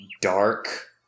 dark